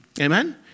Amen